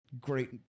Great